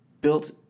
built